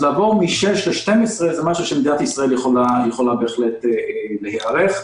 לעבור מ-6 ל-12 זה משהו שמדינת ישראל יכולה בהחלט להיערך לו.